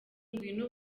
ngwino